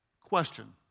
Question